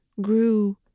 grew